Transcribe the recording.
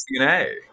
DNA